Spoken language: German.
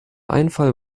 einfall